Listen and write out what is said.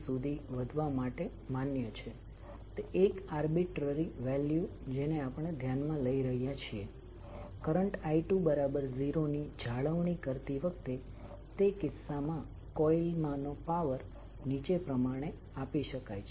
તે કિસ્સામાં જ્યારે આપણે આ પ્રકારની સર્કિટ કોમ્બિનેશન ને જોઈએ છીએ ત્યારે આપણે તેને ચુંબકીય રીતે કપલ્ડ સર્કિટ કહીએ છીએ